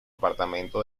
apartamento